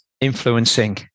influencing